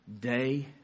day